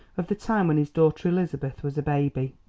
of the time when his daughter elizabeth was a baby.